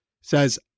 says